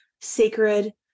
sacred